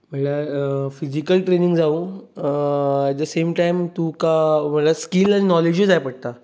म्हणल्यार physical training जावं at the same time तुका स्कील आनी नौलेजूय जाय पडटा